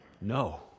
No